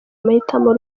amahitamo